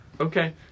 Okay